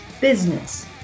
business